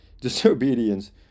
disobedience